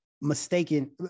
mistaken